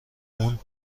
اون